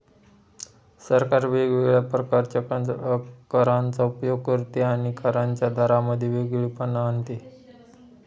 सरकार वेगवेगळ्या प्रकारच्या करांचा उपयोग करते आणि करांच्या दरांमध्ये वेगळेपणा आणते